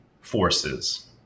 forces